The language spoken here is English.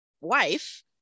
wife